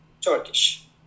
Turkish